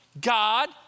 God